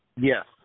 Yes